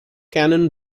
cannon